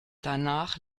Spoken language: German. danach